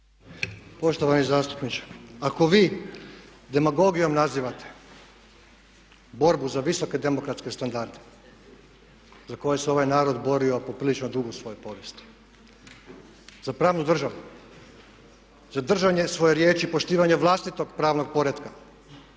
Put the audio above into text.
Poštovani zastupniče, ako vi demagogijom nazivate borbu za visoke demokratske standarde za koje se ovaj narod borio poprilično dugo u svojoj povijesti, za pravnu državu, za držanje svoje riječi, poštivanje vlastitog pravnog poretka,